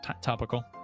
topical